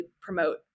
promote